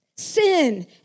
sin